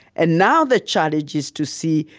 and now the challenge is to see,